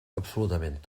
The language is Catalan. absolutament